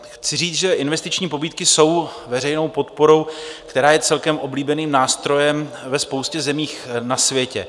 Chci říct, že investiční pobídky jsou veřejnou podporou, která je celkem oblíbeným nástrojem ve spoustě zemí na světě.